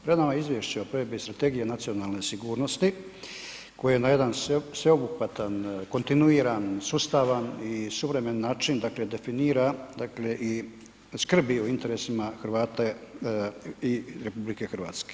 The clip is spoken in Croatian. Pred nama je Izvješće o provedbi strategije nacionalne sigurnosti koje na jedan sveobuhvatan, kontinuiran, sustav i suvremen način dakle definira dakle i skrbi o interesima Hrvata i RH.